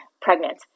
pregnant